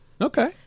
Okay